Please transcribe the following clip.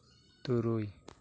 ᱛᱩᱨᱩᱭ